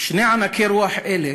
שני ענקי רוח אלה